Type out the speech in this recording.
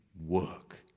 work